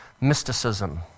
Mysticism